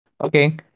Okay